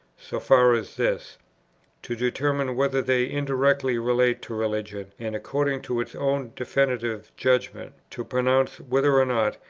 so far as this to determine whether they indirectly relate to religion, and, according to its own definitive judgment, to pronounce whether or not,